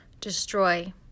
Destroy